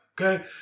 okay